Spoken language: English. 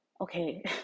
okay